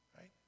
right